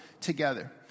together